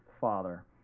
father